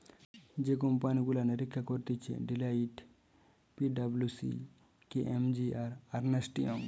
যে কোম্পানি গুলা নিরীক্ষা করতিছে Deloitte, P W C, K P M G, আর আর্নেস্ট ইয়ং